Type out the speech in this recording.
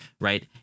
right